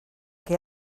que